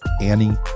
Annie